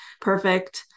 perfect